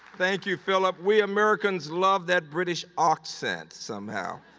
thank you philip. we americans love that british accent, somehow.